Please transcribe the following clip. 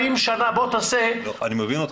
40 שנה, בוא תעשה --- אני מבין אותך.